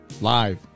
Live